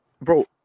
bro